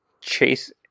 Chase